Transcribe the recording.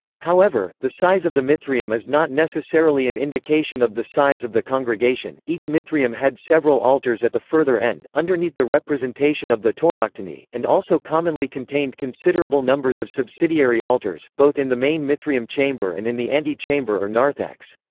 however, the size of the mithraeum is not necessarily an indication of the size of the congregation each mithraeum had several altars at the further end, underneath the representation of the tauroctony, and also commonly contained considerable numbers of subsidiary altars, both in the main mithraeum chamber and in the and ante-chamber or narthex.